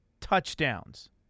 touchdowns